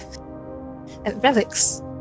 relics